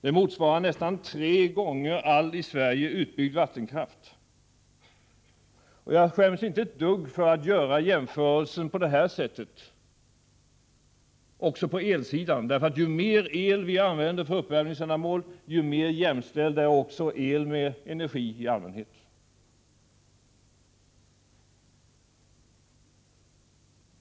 Det motsvarar nästan tre gånger all i Sverige utbyggd vattenkraft. Jag skäms inte ett dugg för att göra jämförelsen på detta sätt även på elsidan. Ju mer el vi använder för uppvärmningsändamål, desto mer jämställd är också el med energi i allmänhet.